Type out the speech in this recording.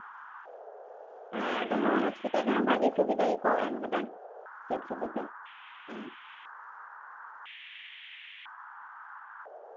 ᱦᱮᱸ ᱚᱸᱰᱮ ᱦᱚᱸ ᱦᱚᱥᱯᱤᱴᱟᱞ ᱨᱮᱦᱚᱸ ᱵᱷᱟᱜᱮ ᱥᱩᱵᱤᱫᱟ ᱜᱮᱠᱚ ᱮᱢ ᱠᱟᱫᱟ ᱥᱩᱡᱳᱜᱽ ᱥᱩᱵᱤᱫᱟ ᱦᱮᱸ